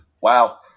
Wow